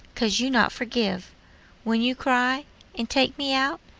cause you not forgive when you cry and take me out,